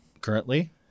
currently